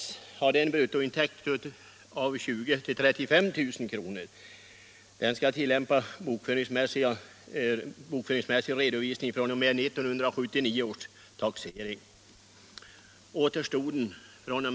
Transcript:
Detta gäller såväl för samhället som för den enskilde.